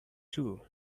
zoo